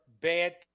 bad